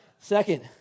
Second